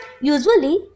Usually